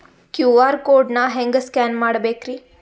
QR code ನಾ ಹೆಂಗ scan ಮಾಡಬೇಕ್ರಿ?